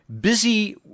Busy